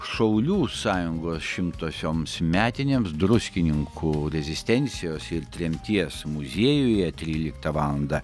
šaulių sąjungos šimtosioms metinėms druskininkų rezistencijos ir tremties muziejuje tryliktą valandą